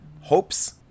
hopes